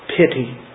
pity